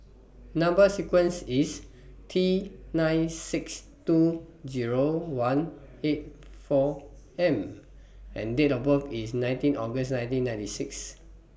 Number sequence IS T nine six two Zero one eight four M and Date of birth IS nineteen August nineteen ninety six